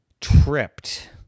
tripped